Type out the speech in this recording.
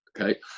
okay